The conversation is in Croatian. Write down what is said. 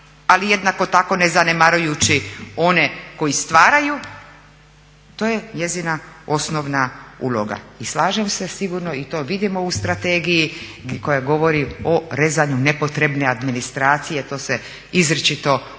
ali jednako tako ne zanemarujući one koji stvaraju to je njezina osnovna uloga. I slažem se sigurno i to vidimo u strategiji koja govori o rezanju nepotrebne administracije, to se izričito govori